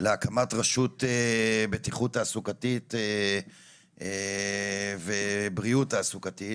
להקמת רשות בטיחות תעסוקתית ובריאות תעסוקתית.